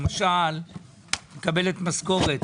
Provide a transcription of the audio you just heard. למשל את מקבלת משכורת,